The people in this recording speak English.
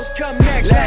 come next